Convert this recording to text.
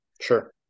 Sure